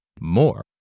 more